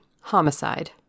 homicide